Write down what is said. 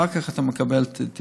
אחר כך אתה מקבל טיפול.